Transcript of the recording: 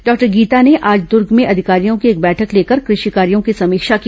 doctor Geeta ने आज दूर्ग में अधिकारियों की एक बैठक लेकर कृषि कार्यों की समीक्षा की